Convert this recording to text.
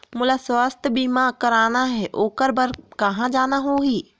मोला स्वास्थ बीमा कराना हे ओकर बार कहा जाना होही?